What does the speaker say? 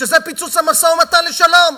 פיצוץ המשא-ומתן לשלום.